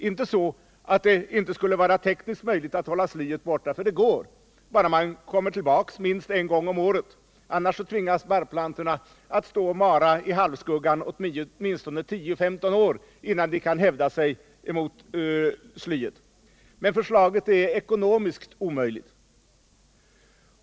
Inte så att det inte skulle vara tekniskt möjligt att hålla slyet borta, för det går, om man bara kommer igen minst en gång om året. Annars tvingas barrplantorna att stå och mara i halvskuggan minst 10-15 år, innan de kan hävda sig mot slyet. Men förslaget är ekonomiskt omöjligt.